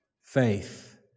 Faith